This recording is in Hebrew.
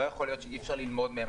לא יכול להיות שאי-אפשר ללמוד מהם.